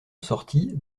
sortit